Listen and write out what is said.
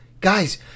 Guys